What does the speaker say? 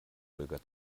holger